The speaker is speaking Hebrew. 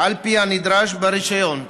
על פי הנדרש ברישיון.